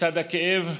לצד הכאב,